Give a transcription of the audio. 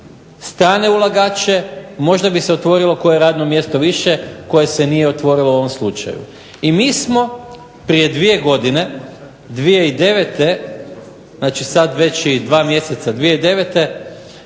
strane ulagače, možda bi se otvorilo koje radno mjesto više koje se nije otvorilo u ovom slučaju. I mi smo prije dvije godine, 2009. znači sad već i 2 mjeseca 2009.